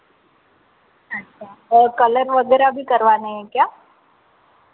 अच्छा और कलर वगैरह भी करवाने हैं क्या